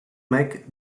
mack